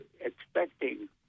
expecting